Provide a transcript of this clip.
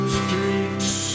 streets